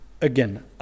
again